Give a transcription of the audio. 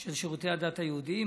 של שירותי הדת היהודיים.